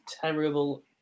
terrible